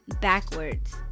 backwards